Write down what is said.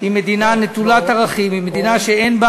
היא מדינה נטולת ערכים, היא מדינה שאין בה